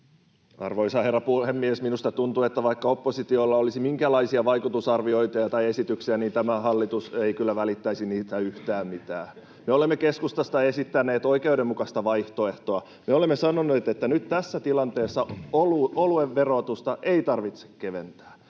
Arvoisa herra puhemies! Minusta tuntuu, että vaikka oppositiolla olisi minkälaisia vaikutusarviointeja tai esityksiä, niin tämä hallitus ei kyllä välittäisi niistä yhtään mitään. Me olemme keskustasta esittäneet oikeudenmukaista vaihtoehtoa. Me olemme sanoneet, että nyt tässä tilanteessa oluen verotusta ei tarvitse keventää.